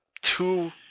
two